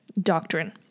doctrine